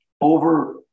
Over